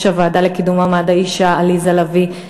הוועדה לקידום מעמד האישה עליזה לביא: